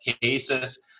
cases